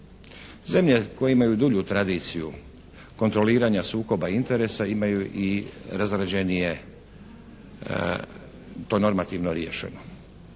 Zemlje koje imaju dulju tradiciju kontroliranja sukoba interesa imaju i razrađenije to normativno riješeno.